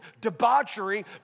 debauchery